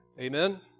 Amen